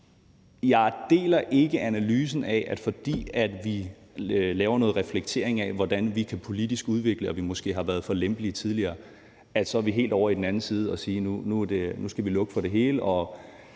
Jeg deler ikke analysen af, at fordi vi har en refleksion over, hvordan vi politisk kan udvikle det, og måske har været for lempelige tidligere, så skal helt over i den anden grøft og sige, at nu skal vi lukke for det hele.